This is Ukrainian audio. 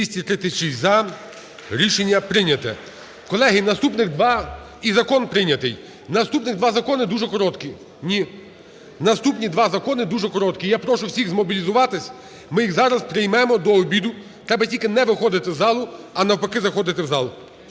236 – за. Рішення прийняте. Колеги, наступних два і… Закон прийнятий. Наступні два закони дуже короткі. Наступні два закони дуже короткі, я прошу всіх змобілізуватися ми їх зараз приймемо до обіду, треба тільки не виходити з залу, а навпаки заходити в зал.